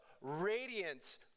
radiance